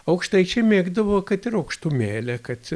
aukštaičiai mėgdavo kad ir aukštumėlę kad